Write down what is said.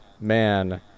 man